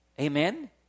Amen